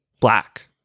Black